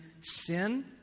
sin